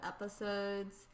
episodes